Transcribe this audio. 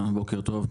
בוקר טוב.